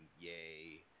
yay